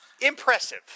impressive